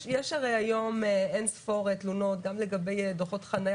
יש היום אין ספור תלונות גם לגבי דוחות חניה